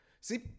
See